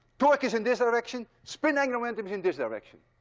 torque is in this direction spin angular momentum's in this direction.